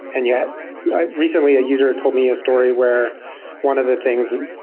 and yeah recently, a user told me a story where one of the things,